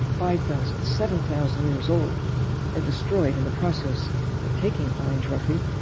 five thousand, seven thousand years old are destroyed in the process of taking orange roughie,